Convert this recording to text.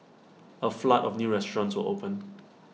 A flood of new restaurants open